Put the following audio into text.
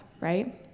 right